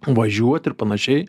važiuot ir panašiai